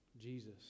Jesus